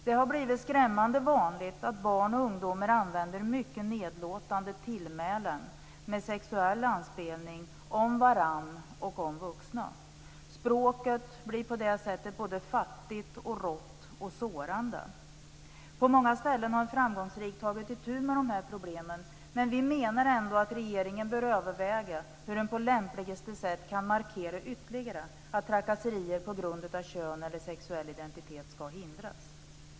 Det har blivit skrämmande vanligt att barn och ungdomar använder mycket nedlåtande tillmälen med sexuell anspelning om varandra och om vuxna. Språket blir på det sättet både fattigt, rått och sårande. På många ställen har man framgångsrikt tagit itu med problemen, men vi menar ändå att regeringen bör överväga hur man på lämpligaste sätt ytterligare kan markera att trakasserier på grund av kön eller sexuell identitet skall hindras.